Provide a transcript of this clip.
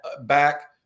back